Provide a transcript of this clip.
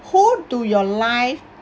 who to your life